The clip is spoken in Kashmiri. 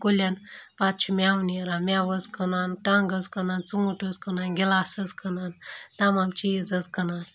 کُلٮ۪ن پَتہٕ چھِ مٮ۪وٕ نیران مٮ۪وٕ حظ کٕنان ٹنٛگ حظ کٕنان ژوٗںٛٹھۍ حظ کٕنان گِلاس حظ کٕنان تَمام چیٖز حظ کٕنان